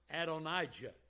Adonijah